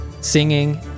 singing